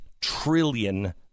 trillion